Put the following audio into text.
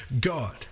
God